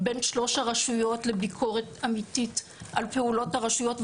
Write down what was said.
בין שלוש הרשויות לביקורת אמיתית על פעולות הרשויות,